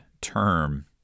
term